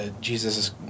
Jesus